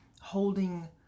holding